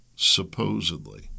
Supposedly